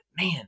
man